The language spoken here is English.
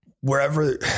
Wherever